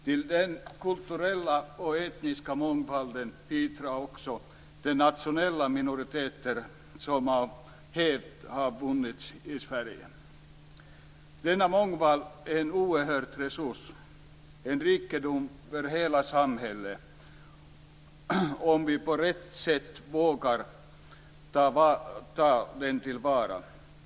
Till den kulturella och etniska mångfalden bidrar också de nationella minoriteter som av hävd har funnits i Sverige. Denna mångfald är en oerhörd resurs, en rikedom för hela samhället, om vi på rätt sätt vågar ta den till vara.